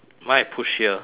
mine push here